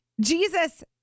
Jesus